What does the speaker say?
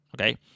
Okay